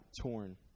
torn